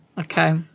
Okay